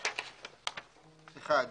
(1)